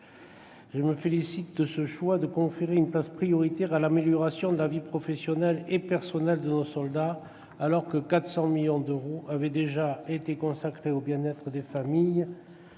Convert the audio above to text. la ministre, de ce choix de conférer une place prioritaire à l'amélioration de la vie professionnelle et personnelle de nos soldats, alors même que 400 millions d'euros avaient déjà été consacrés au bien-être des familles